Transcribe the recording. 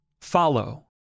Follow